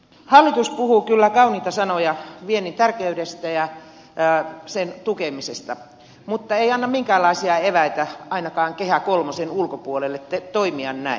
hallitus puhuu kyllä kauniita sanoja viennin tärkeydestä ja tukemisesta mutta ei anna minkäänlaisia eväitä ainakaan kehä kolmosen ulkopuolelle toimia näin